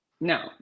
No